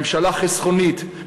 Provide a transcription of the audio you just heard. ממשלה חסכונית,